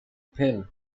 pill